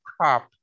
crop